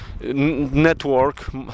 network